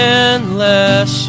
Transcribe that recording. endless